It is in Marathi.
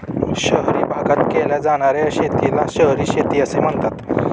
शहरी भागात केल्या जाणार्या शेतीला शहरी शेती असे म्हणतात